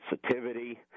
sensitivity